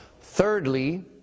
Thirdly